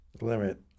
limit